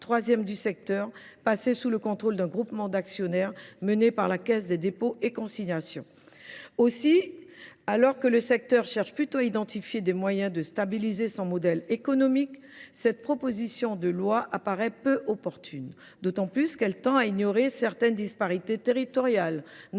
troisième du secteur, passé sous le contrôle d’un groupement d’actionnaires mené par la Caisse des dépôts et consignations. Alors que le secteur cherche à identifier des moyens pour stabiliser son modèle économique, cette proposition de loi semble peu opportune. D’autant plus qu’elle tend à ignorer certaines disparités territoriales,